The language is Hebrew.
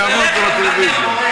אני אמרתי בטלוויזיה.